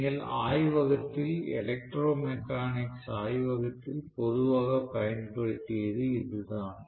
நீங்கள் ஆய்வகத்தில் electro mechanics ஆய்வகத்தில் பொதுவாகப் பயன்படுத்தியது இது தான்